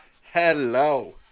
Hello